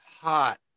hot